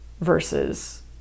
versus